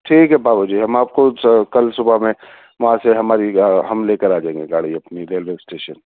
ٹھیک ہے بابو جی ہم آپ کو کل صبح میں وہاں سے ہماری ہم لے کر آ جائیں گے گاڑی اپنی ریلوے اسٹیشن